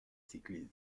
cyclisme